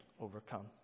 overcome